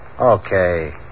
Okay